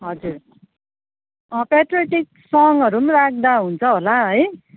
हजुर पेट्रियोटिक सङ्गहरू पनि राख्दा हुन्छ होला है